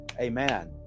Amen